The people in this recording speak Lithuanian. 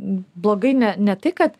blogai ne ne tai kad